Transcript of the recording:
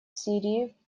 сирии